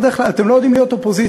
אתם לא יודעים להיות אופוזיציה,